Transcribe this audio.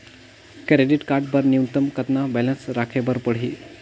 Credit card बर न्यूनतम कतका बैलेंस राखे बर पड़ही?